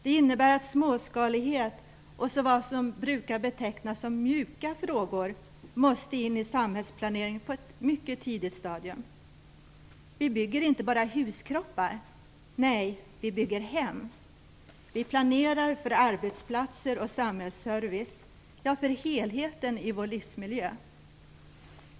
Det innebär att småskalighet och vad som brukar betecknas som mjuka frågor måste in i samhällsplaneringen på ett mycket tidigt stadium. Vi bygger inte bara huskroppar - nej, vi bygger hem. Vi planerar för arbetsplatser och samhällsservice, ja, för helheten i vår livsmiljö.